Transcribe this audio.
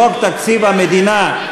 חוק תקציב המדינה,